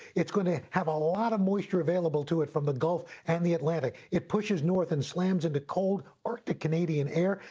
it's going to have a lot of moisture available to it from the gulf and the atlantic. it pushes north and slams into cold arctic canadian air.